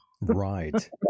Right